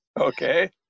Okay